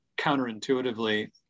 counterintuitively